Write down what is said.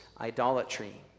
idolatry